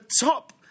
top